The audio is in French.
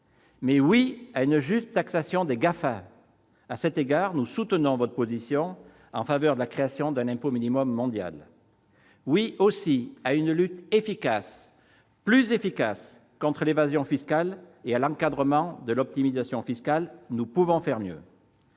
aussi, à une juste taxation des GAFA ! À cet égard, nous soutenons votre position en faveur de la création d'un impôt minimum mondial ! Et oui à une lutte efficace, plus efficace, contre l'évasion fiscale et à l'encadrement de l'optimisation fiscale : nous pouvons faire mieux